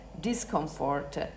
discomfort